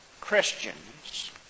Christians